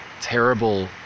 terrible